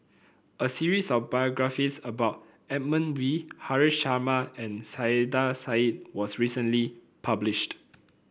a series of biographies about Edmund Wee Haresh Sharma and Saiedah Said was recently published